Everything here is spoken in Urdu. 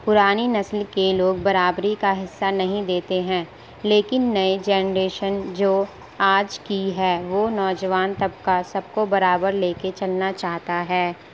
پرانی نسل کے لوگ برابری کا حصہ نہیں دیتے ہیں لیکن نئے جنریشن جو آج کی ہے وہ نوجوان طبقہ سب کو برابر لے کے چلنا چاہتا ہے